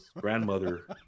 grandmother